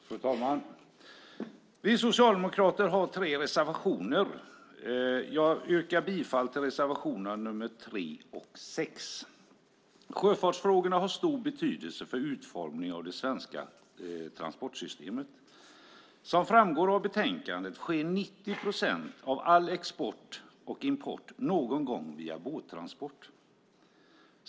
Fru talman! Vi socialdemokrater har tre reservationer. Jag yrkar bifall till reservationerna nr 3 och 6. Sjöfartsfrågorna har stor betydelse för utformningen av det svenska transportsystemet. Som framgår av betänkandet sker 90 procent av all export och import någon gång via båttransport.